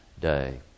day